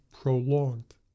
prolonged